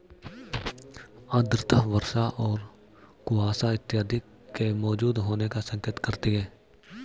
आर्द्रता वर्षा और कुहासा इत्यादि के मौजूद होने का संकेत करती है